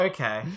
Okay